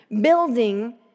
Building